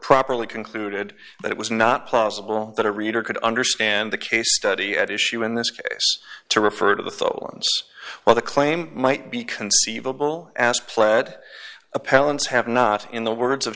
properly concluded that it was not plausible that a reader could understand the case study at issue in this case to refer to the thought ones where the claim might be conceivable ask pled appellants have not in the words of